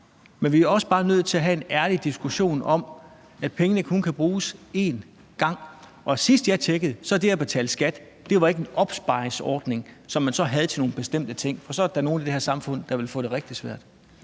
Men vi er også bare nødt til at have en ærlig diskussion om, at pengene kun kan bruges én gang. Og sidst, jeg tjekkede, var det at betale skat ikke en opsparingsordning, som man så havde til nogle bestemte ting, for så er der da nogle i det her samfund, der vil få det rigtig svært.